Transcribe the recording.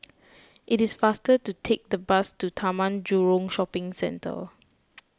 it is faster to take the bus to Taman Jurong Shopping Centre